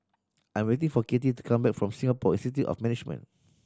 I'm waiting for Katy to come back from Singapore Institute of Management